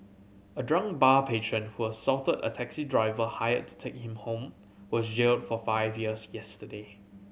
a drunk bar patron who assaulted a taxi driver hired to take him home was jailed for five years yesterday